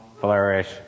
flourish